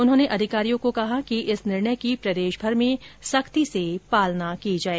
उन्होंने अधिकारियों को कहा कि इस निर्णय की प्रदेशभर में सख्ती से पालना की जाए